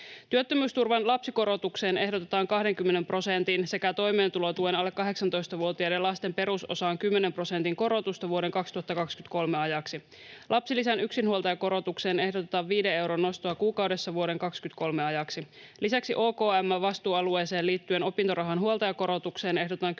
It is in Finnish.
Työttömyysturvan lapsikorotukseen ehdotetaan 20 prosentin sekä toimeentulotuen alle 18-vuotiaiden lasten perusosaan 10 prosentin korotusta vuoden 2023 ajaksi. Lapsilisän yksinhuoltajakorotukseen ehdotetaan 5 euron nostoa kuukaudessa vuoden 23 ajaksi. Lisäksi OKM:n vastuualueeseen liittyen opintorahan huoltajakorotukseen ehdotetaan 10